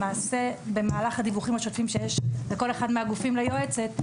למעשה במהלך הדיווחים השוטפים שיש לכל אחד מהגופים ליועצת,